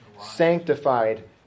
sanctified